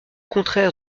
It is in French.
contraire